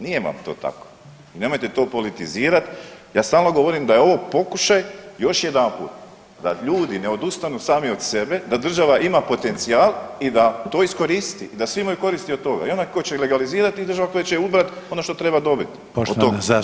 Nije vam to tako i nemojte to politizirati, ja stalno govorim da je ovo pokušaj, još jedanput, da ljudi ne odustanu sami od sebe, da država ima potencijal i da to iskoristi, da svi imaju koristi od toga, i onaj ko će legalizirati i država koja će ubrat ono što treba dobit.